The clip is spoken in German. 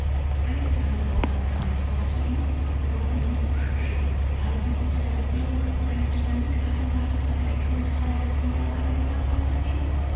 einige tage darauf sagte reinsdorf zu ihnen sie sollten ihm rupsch schicken er habe diesen zu der begehung eines dynamitattentates bei der enthüllungsfeier des niederwalddenkmals ausersehen